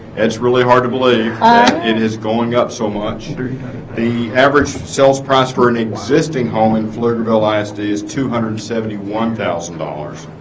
it's really hard to believe it is going up so much the average sales price for an existing home in fluid velocity is two hundred and seventy one thousand dollars